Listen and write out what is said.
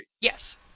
Yes